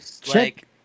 Check